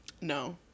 No